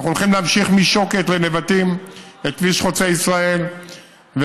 אנחנו הולכים להמשיך את כביש חוצה ישראל משוקת לנבטים,